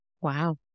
Wow